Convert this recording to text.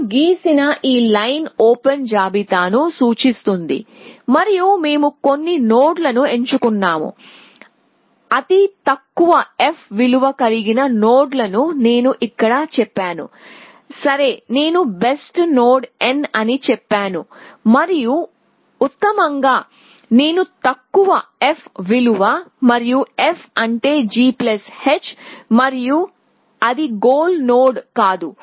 నేను గీసిన ఈ లైన్ ఓపెన్ జాబితాను సూచిస్తుంది మరియు మేము కొన్ని నోడ్లను ఎంచుకున్నాము అతి తక్కువ f విలువ కలిగిన నోడ్లను నేను ఇక్కడ చెప్పాను సరే నేను బెస్ట్ నోడ్ n అని చెప్పాను మరియు ఉత్తమంగా నేను తక్కువ f విలువ మరియు f అంటే gh మరియు అది గోల్ నోడ్ కాదు